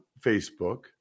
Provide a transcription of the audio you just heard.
Facebook